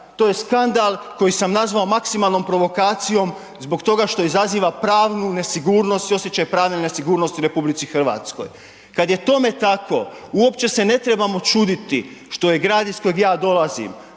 To je skandal koji sam nazvao maksimalnom provokacijom zbog toga što izaziva pravnu nesigurnost i osjećaj pravne nesigurnosti u RH. Kad je tome tako, uopće se ne trebamo čuditi što je grad iz kojeg ja dolazim,